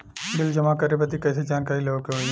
Bill जमा करे बदी कैसे जानकारी लेवे के होई?